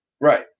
Right